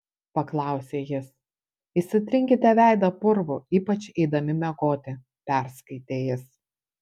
paklausė jis išsitrinkite veidą purvu ypač eidami miegoti perskaitė jis